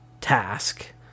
task